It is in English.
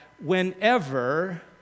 Whenever